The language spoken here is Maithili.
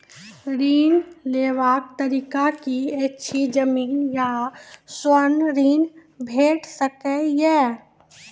ऋण लेवाक तरीका की ऐछि? जमीन आ स्वर्ण ऋण भेट सकै ये?